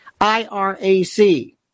I-R-A-C